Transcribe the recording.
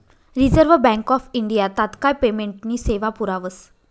reserve bank of India तात्काय पेमेंटनी सेवा पुरावस